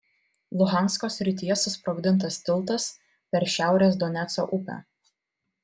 luhansko srityje susprogdintas tiltas per šiaurės doneco upę